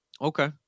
Okay